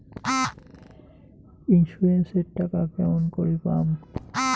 Insurance এর টাকা কেমন করি পাম?